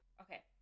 Okay